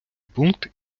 пункт